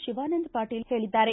ಶಿವಾನಂದ ಪಾಟೀಲ್ ಹೇಳಿದ್ದಾರೆ